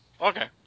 Okay